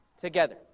together